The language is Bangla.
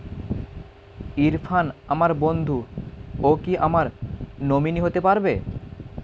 ইরফান আমার বন্ধু ও কি আমার নমিনি হতে পারবে?